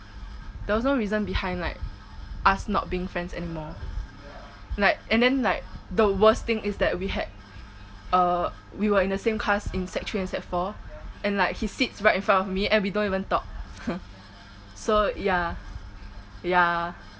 there was no reason behind like us not being friends anymore like and then like the worst thing is that we had uh we were in the same class in sec three and sec four and like he sits right in front of me and we don't even talk !huh! so ya ya